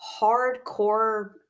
hardcore